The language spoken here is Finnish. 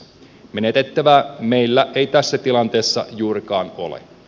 menetettävää meillä ei tässä tilanteessa juurikaan ole